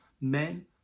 men